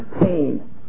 pain